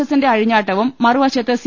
എസിന്റെ അഴിഞ്ഞാട്ടവും മറുവശത്ത് സി